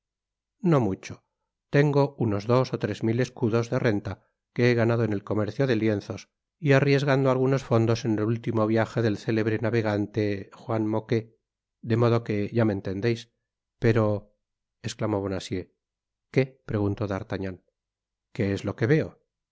no mucho tengo unos dos ó tres mil escudos de renta que he ganado en el comercio de lienzos y arriesgando algunos fondos en el último viaje del célebre navegante juan mocquet de modo que ya me entendeis pero esclamó bonacieux qué preguntó d'artagnan qué es lo que veo